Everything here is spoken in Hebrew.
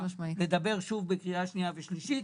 לדבר שוב בקריאה ראשונה ושלישית,